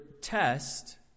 test